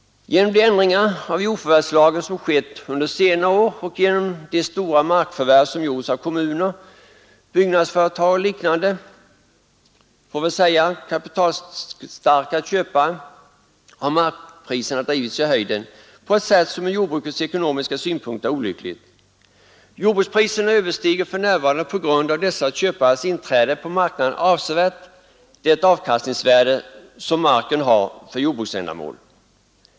Genom de ändringar av jordförvärvslagen som skett under senare år och genom de stora markförvärv som gjorts av kommuner, byggnadsföretag och andra liknande kapitalstarka köpare har markpriserna drivits i höjden på ett sätt som ur jordbrukets ekonomiska synpunkter är olyckligt. Jordpriserna överstiger för närvarande, på grund av dessa köpares inträde på marknaden, avsevärt det avkastningsvärde som marken har för jordbruksändamål.